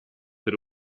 per